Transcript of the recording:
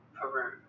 Peru